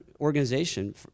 organization